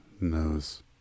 knows